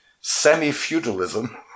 semi-feudalism